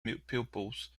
pupils